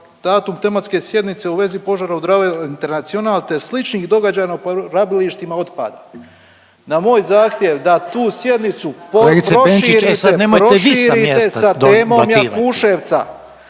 datum tematske sjednice u vezi požara u Drava international te sličnih događaja na radilištima otpada. Na moj zahtjev da tu sjednicu proširite sa temom Jakuševca.